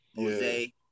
Jose